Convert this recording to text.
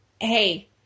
hey